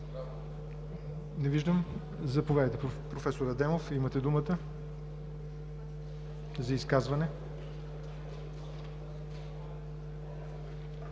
Не виждам. Заповядайте, професор Адемов, имате думата за изказване.